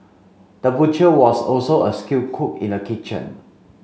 the butcher was also a skilled cook in the kitchen